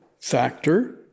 factor